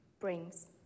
brings